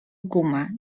gumę